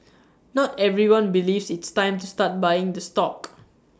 not everyone believes it's time to start buying the stock